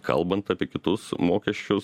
kalbant apie kitus mokesčius